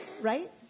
right